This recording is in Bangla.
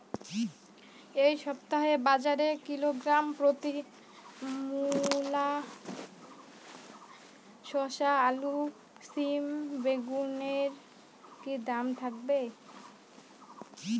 এই সপ্তাহে বাজারে কিলোগ্রাম প্রতি মূলা শসা আলু সিম বেগুনের কী দাম থাকবে?